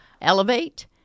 Elevate